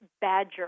badger